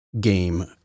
game